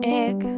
egg